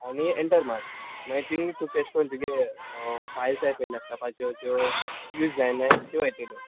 आनी एंटर मार मागीर थिंग तूं कॅश कोन्न तुगे फायल्स जाय पय लॅपटॉपाच्यो ज्यो यूज जायनाय त्यो येतल्यो